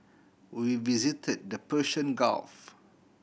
we visited the Persian Gulf